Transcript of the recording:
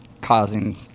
Causing